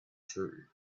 true